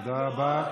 תודה רבה.